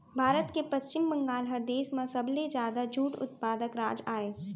भारत के पस्चिम बंगाल ह देस म सबले जादा जूट उत्पादक राज अय